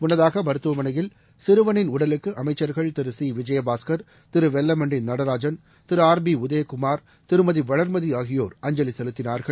முன்னதாக மருத்துவமனையில் சிறுவனின் உடலுக்கு அமைச்சர்கள் Thiru C Vijayabaskar Thiru Vellamandi Natarajan Thiru R B Udhayakumar Thirumathi Valarmathi ஆகியோர் அஞ்சலி செவுத்தினார்கள்